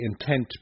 intent